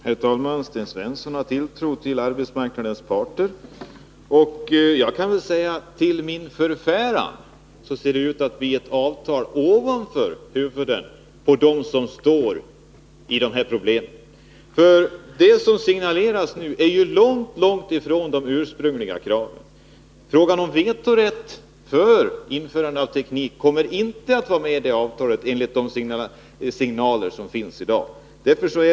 Herr talman! Sten Svensson har tilltro till arbetsmarknadens parter. Till min förfäran konstaterar jag att det nu ser ut att bli ett avtal ovanför huvudena på dem som har dessa problem. Det som signaleras är ju långt ifrån de ursprungliga kraven. Frågan om vetorätt när det gäller införande av ny teknik kommer inte att finnas med i det avtalet, enligt de signaler som finns i dag.